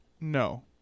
No